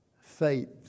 faith